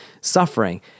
suffering